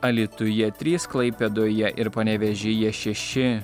alytuje trys klaipėdoje ir panevėžyje šeši